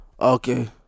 Okay